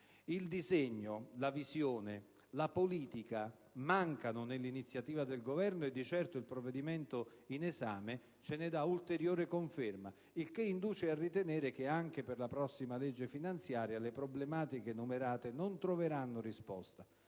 Il disegno, la visione, la politica mancano nell'iniziativa del Governo, e di certo il provvedimento in esame ce ne dà ulteriore conferma, il che induce a ritenere che anche per la prossima legge finanziaria le problematiche enumerate non troveranno risposta